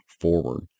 forward